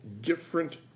different